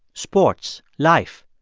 sports, life.